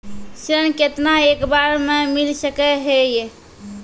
ऋण केतना एक बार मैं मिल सके हेय?